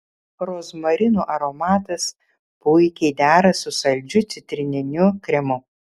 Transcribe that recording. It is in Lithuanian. rozmarinų aromatas puikiai dera su saldžiu citrininiu kremu